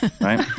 Right